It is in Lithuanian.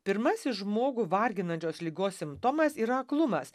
pirmasis žmogų varginančios ligos simptomas yra aklumas